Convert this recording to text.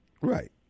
Right